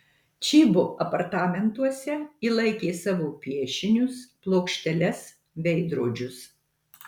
čybo apartamentuose ji laikė savo piešinius plokšteles veidrodžius